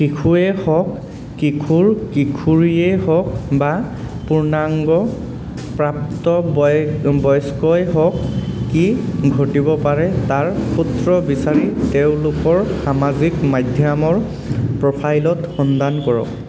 শিশুৱেই হওক কিশোৰ কিশোৰীয়ে হওক বা পূৰ্ণাংগ প্ৰাপ্তবয় বয়স্কই হওক কি ঘটিব পাৰে তাৰ সূত্ৰ বিচাৰি তেওঁলোকৰ সামাজিক মাধ্যমৰ প্ৰ'ফাইলত সন্ধান কৰক